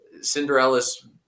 Cinderella's